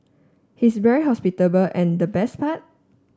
he's very hospitable and the best part